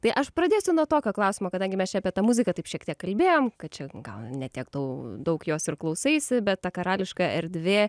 tai aš pradėsiu nuo tokio klausimo kadangi mes čia apie tą muziką taip šiek tiek kalbėjom kad čia gal ne tiek tu daug jos ir klausaisi bet ta karališka erdvė